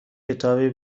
کتابی